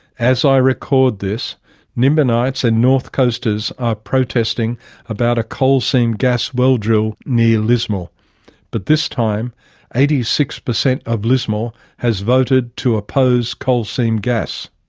as i record this nimbinites and north coasters are protesting about a coal seam gas well drill near lismore but this time eighty six of lismore has voted to oppose coal seam gas.